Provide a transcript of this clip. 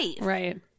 right